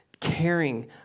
caring